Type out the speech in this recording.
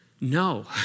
No